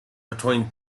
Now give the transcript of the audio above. between